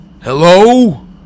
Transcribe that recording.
Hello